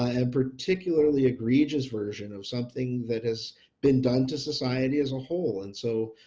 ah and particularly egregious version of something that has been done to society as a whole and so